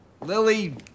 Lily-